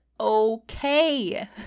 okay